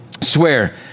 Swear